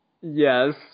Yes